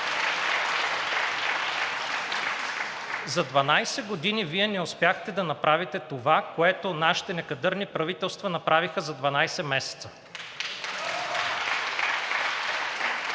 За 12 години Вие не успяхте да направите това, което нашите некадърни правителства направиха за 12 месеца